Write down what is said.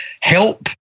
help